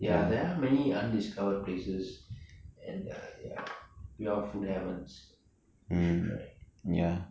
ya there are many undiscovered places and ya pure food heavens you should try